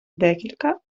декілька